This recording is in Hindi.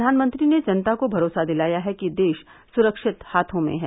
प्रधानमंत्री ने जनता को भरोसा दिलाया है कि देश सुरक्षित हाथों में है